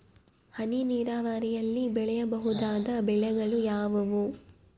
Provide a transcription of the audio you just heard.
ಹನಿ ನೇರಾವರಿಯಲ್ಲಿ ಬೆಳೆಯಬಹುದಾದ ಬೆಳೆಗಳು ಯಾವುವು?